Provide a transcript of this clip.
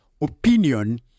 opinion